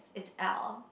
it's L